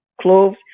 Cloves